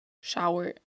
shower